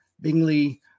Bingley